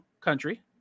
Country